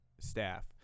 staff